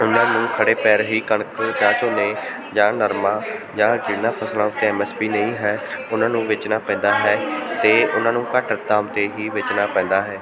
ਉਹਨਾਂ ਨੂੰ ਖੜ੍ਹੇ ਪੈਰ ਹੀ ਕਣਕ ਜਾਂ ਝੋਨੇ ਜਾਂ ਨਰਮਾ ਜਾਂ ਜਿਹਨਾਂ ਫਸਲਾਂ ਉੱਤੇ ਐਮ ਐਸ ਪੀ ਨਹੀਂ ਹੈ ਉਹਨਾਂ ਨੂੰ ਵੇਚਣਾ ਪੈਂਦਾ ਹੈ ਅਤੇ ਉਹਨਾਂ ਨੂੰ ਘੱਟ ਦਾਮ 'ਤੇ ਹੀ ਵੇਚਣਾ ਪੈਂਦਾ ਹੈ